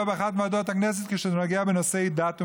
באחת מוועדות הכנסת כשזה נוגע בנושאי דת ומדינה.